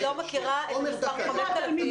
אני לא מכירה את אותם 5,000 --- זה לא נכון.